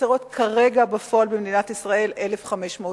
שחסרות בפועל במדינת ישראל כרגע 1,500 מיטות.